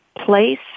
place